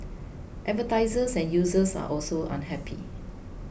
advertisers and users are also unhappy